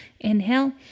Inhale